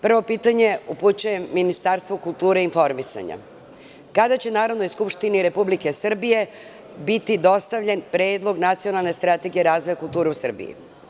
Prvo pitanje upućujem Ministarstvu kulture i informisanja – kada će Narodnoj skupštini Republike Srbije biti dostavljen Predlog nacionalne strategije razvoja kulture u Srbiji?